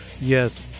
Yes